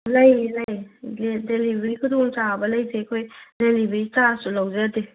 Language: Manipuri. ꯂꯩ ꯂꯩ ꯗꯦꯂꯤꯕꯔꯤ ꯈꯨꯗꯣꯡꯆꯥꯕ ꯂꯩꯖꯩ ꯑꯩꯈꯣꯏ ꯗꯦꯂꯤꯕꯔꯤ ꯆꯥꯔꯖꯁꯨ ꯂꯧꯖꯗꯦ